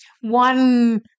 one